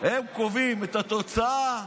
הם קובעים את התוצאה,